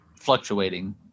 fluctuating